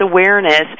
awareness